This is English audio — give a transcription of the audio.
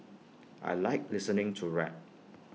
I Like listening to rap